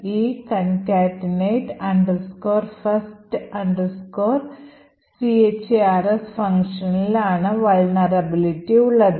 ഈ concatenate first chars ഫംഗ്ഷനിൽ ആണ് vulnerablity ഉള്ളത്